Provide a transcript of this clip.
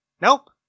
Nope